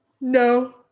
no